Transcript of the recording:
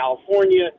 California